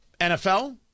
NFL